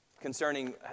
Concerning